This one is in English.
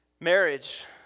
marriage